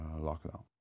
lockdown